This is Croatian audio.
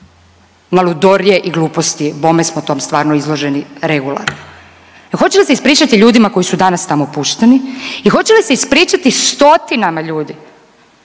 na ludorije i gluposti, bome smo tom stvarno izloženi regularno. Hoće li se ispričati ljudima koji su danas tamo pušteni i hoće li se ispričati stotinama ljudi